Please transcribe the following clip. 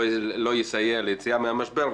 לא יסייע ליציאה מהמשבר.